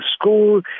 school